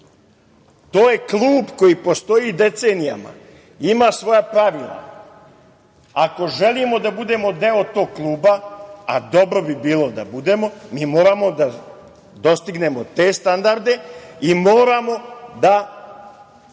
To je klub koji postoji decenijama i ima svoja pravila. Ako želimo da budemo deo tog kluba, a dobro bi bilo da budemo, mi moramo da dostignemo te standarde i moramo da